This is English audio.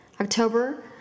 October